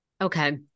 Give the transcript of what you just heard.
Okay